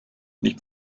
nicht